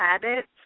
habits